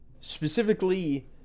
Specifically